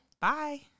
Bye